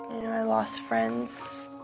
i lost friends.